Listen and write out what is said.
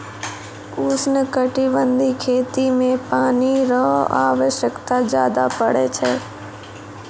उष्णकटिबंधीय खेती मे पानी रो आवश्यकता ज्यादा पड़ै छै